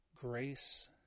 grace